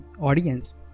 audience